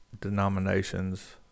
denominations